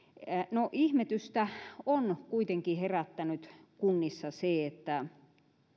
no ihmetystä on kuitenkin herättänyt kunnissa se että